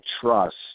trust